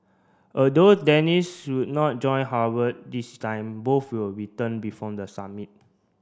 although Dennis should not join Howard this time both will return before the summit